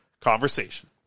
conversation